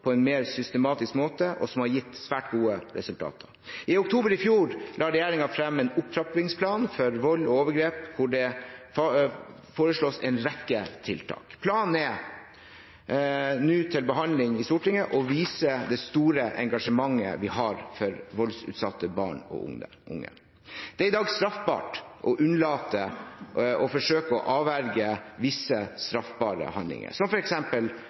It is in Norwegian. på en mer systematisk måte, og som har gitt svært gode resultater. I oktober i fjor la regjeringen fram en opptrappingsplan mot vold og overgrep, der det foreslås en rekke tiltak. Planen er nå til behandling i Stortinget, og den viser det store engasjementet vi har for voldsutsatte barn og unge. Det er i dag straffbart å unnlate å forsøke å avverge visse straffbare handlinger, som